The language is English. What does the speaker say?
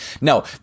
No